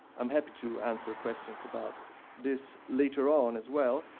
i'm happy to answer questions about this later on, as well,